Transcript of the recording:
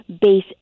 base